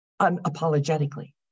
unapologetically